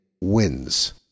wins